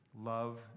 Love